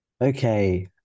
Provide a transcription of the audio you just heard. Okay